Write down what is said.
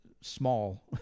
small